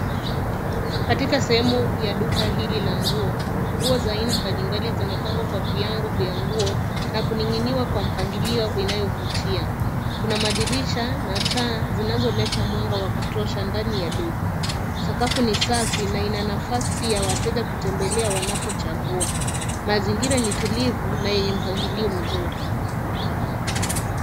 Katika sehemu ya duka hili la nguo, nguo za aina mbali mbali zimepangwa kwa viango vya nguo na kuning'iniwa kwa mpangilio unaovutia. Kuhna madirisha na taa zinazoleta mwanga wa kutosha ndani ya duka. Sakafu ni safi na ina nafasi ya wateja kutembelea wanapochagua. Mazingira ni tulivu na enye mpangilio mzuri.